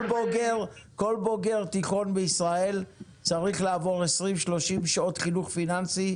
כל בוגר תיכון בישראל צריך לעבור 20 או 30 שעות חינוך פיננסי,